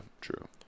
true